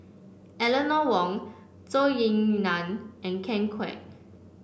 Eleanor Wong Zhou Ying Nan and Ken Kwek